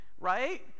right